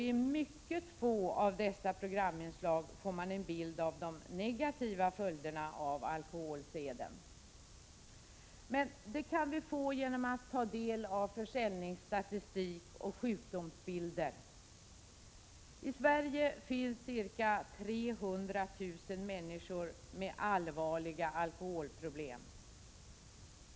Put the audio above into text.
I mycket få av dessa programinslag får man en bild av de negativa följderna av alkoholseden. Men det kan vi få genom att ta del av försäljningsstatistik och sjukdomsbilder. I Sverige finns ca 300 000 människor med allvarliga alkoholproblem.